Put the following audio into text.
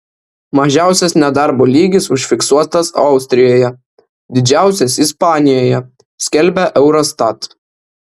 mažiausias nedarbo lygis užfiksuotas austrijoje didžiausias ispanijoje skelbia eurostat